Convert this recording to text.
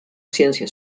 ciència